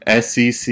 SEC